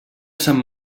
sant